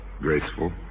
graceful